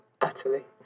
utterly